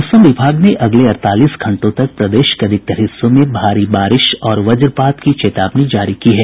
मौसम विभाग ने अगले अड़तालीस घंटों तक प्रदेश के अधिकतर हिस्सों में भारी बारिश और वज्रपात की चेतावनी जारी की है